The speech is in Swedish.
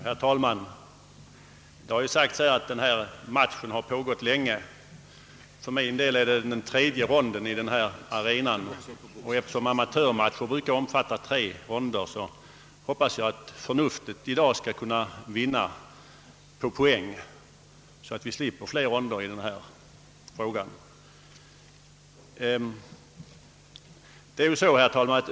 Herr talman! Det har sagts att den här matchen har pågått länge... För min del är det den tredje ronden i denna arena, och eftersom amatörmatcher brukar omfatta tre ronder hoppas jag att förnuftet i dag skall vinna på poäng, så att vi slipper flera ronder i denna fråga.